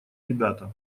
ребята